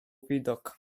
widok